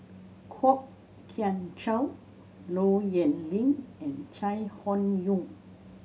Kwok Kian Chow Low Yen Ling and Chai Hon Yoong